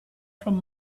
from